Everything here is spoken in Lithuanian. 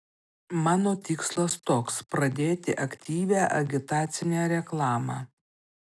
mano tikslas toks pradėti aktyvią agitacinę reklamą